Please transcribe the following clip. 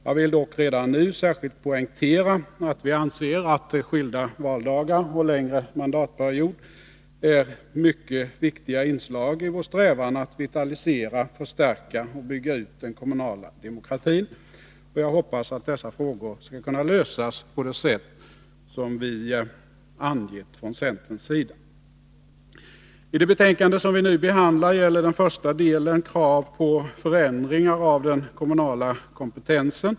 Jag vill dock redan nu särskilt poängtera att vi anser att skilda valdagar och längre mandatperioder är mycket viktiga inslag i vår strävan att vitalisera, förstärka och bygga ut den kommunala demokratin. Och jag hoppas att dessa frågor skall kunna lösas på det sätt som vi angett från centerns sida. I det betänkande som vi nu behandlar gäller den första delen krav på förändringar av den kommunala kompetensen.